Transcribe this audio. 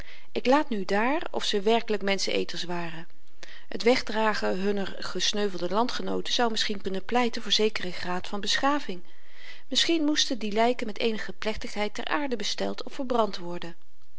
ik laat nu daar of ze werkelyk menschenëters waren het wegdragen hunner gesneuvelde landgenooten zou misschien kunnen pleiten voor zekeren graad van beschaving misschien moesten die lyken met eenige plechtigheid teraarde besteld of verbrand worden